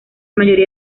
mayoría